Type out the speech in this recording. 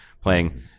playing